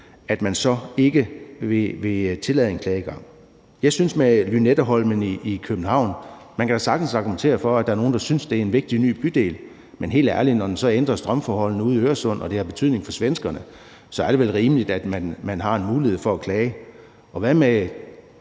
vigtigt, så ikke vil tillade en klageadgang. Jeg synes, at man i forhold til Lynetteholmen i København da sagtens kan argumentere for, at der er nogen, der synes, at det er en vigtig ny bydel, men helt ærligt, når den så ændrer strømforholdene ude i Øresund og det har betydning for svenskerne, er det vel rimeligt, at man har en mulighed for at klage. Og hvad med